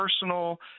personal